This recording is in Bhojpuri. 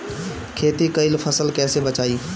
खेती कईल फसल कैसे बचाई?